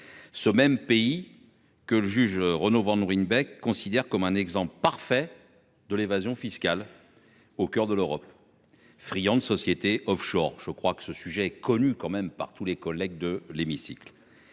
Ce même pays que le juge Renaud Van Ruymbeck considère comme un exemple parfait de l'évasion fiscale au coeur de l'Europe. Friands de sociétés offshore. Je crois que ce sujet connu quand même par tous les collègues de l'hémicycle.